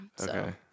Okay